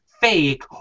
fake